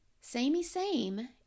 Samey-same